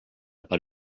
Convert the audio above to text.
per